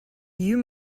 you